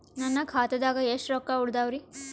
ನನ್ನ ಖಾತಾದಾಗ ಎಷ್ಟ ರೊಕ್ಕ ಉಳದಾವರಿ?